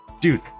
Dude